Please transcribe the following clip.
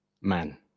man